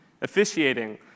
Officiating